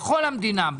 בכל המדינה,